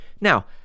Now